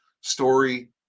story